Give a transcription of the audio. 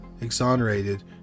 exonerated